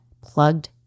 plugged